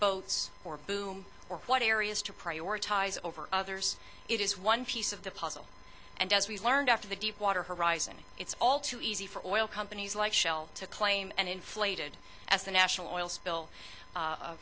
both or boom or what areas to prioritize over others it is one piece of the puzzle and as we learned after the deepwater horizon it's all too easy for oil companies like shell to claim and inflated as the national oil